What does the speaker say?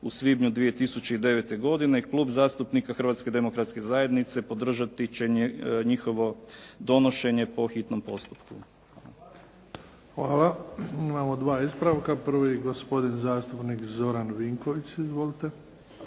u svibnju 2009. godine, klub zastupnika Hrvatske demokratske zajednice podržati će njihovo donošenje po hitnom postupku. **Bebić, Luka (HDZ)** Hvala. Imamo dva ispravka. Prvi, gospodin zastupnik Zoran Vinković. Izvolite.